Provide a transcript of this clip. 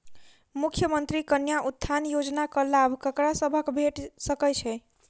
मुख्यमंत्री कन्या उत्थान योजना कऽ लाभ ककरा सभक भेट सकय छई?